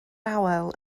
awel